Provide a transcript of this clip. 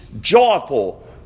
joyful